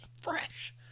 Fresh